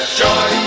joy